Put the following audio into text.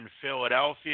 Philadelphia